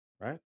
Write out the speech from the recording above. right